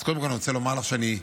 אז קודם כול אני רוצה לומר לך שציינתי